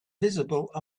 visible